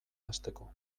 hasteko